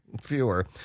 fewer